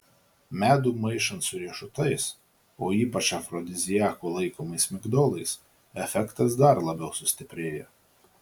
medų maišant su riešutais o ypač afrodiziaku laikomais migdolais efektas dar labiau sustiprėja